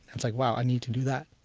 and like, wow, i need to do that.